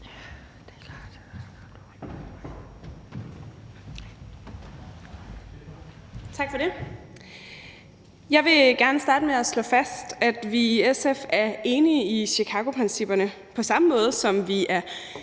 Jeg vil gerne starte med at slå fast, at vi i SF er enige i Chicagoprincipperne på samme måde, som vi er